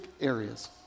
areas